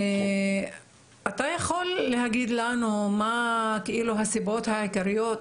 אתה יכול להגיד לנו ולמנות לנו מה הסיבות העיקריות,